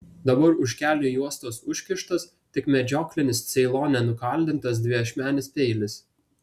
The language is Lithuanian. dabar už kelnių juostos užkištas tik medžioklinis ceilone nukaldintas dviašmenis peilis